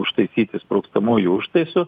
užtaisyti sprogstamuoju užtaisu